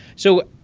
so,